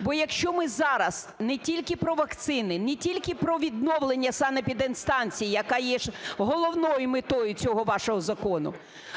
Бо якщо ми зараз не тільки про вакцини, не тільки про відновлення санепідемстанції, яка є головною метою цього вашого закону,